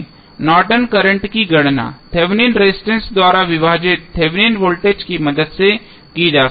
Norton current Nortons current की गणना Thevenin resistance द्वारा विभाजित थेवेनिन वोल्टेज की मदद से की जा सकती है